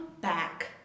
back